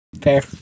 Fair